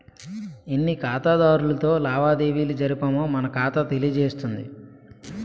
ఎన్ని ఖాతాదారులతో లావాదేవీలు జరిపామో మన ఖాతా తెలియజేస్తుంది